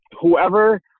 whoever